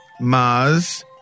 Mars